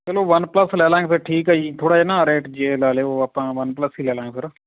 ਚਲੋ ਵਨਪਲੱਸ ਲੈ ਲਵਾਂਗੇ ਫਿਰ ਠੀਕ ਹੈ ਜੀ ਥੋੜ੍ਹਾ ਜਿਹਾ ਨਾ ਰੇਟ ਜੇ ਲਾ ਲਿਓ ਆਪਾਂ ਵਨਪਲੱਸ ਹੀ ਲੈ ਲਵਾਂਗੇ ਫਿਰ